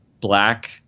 black